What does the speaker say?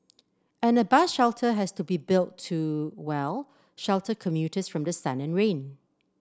and a bus shelter has to be built to well shelter commuters from the sun and rain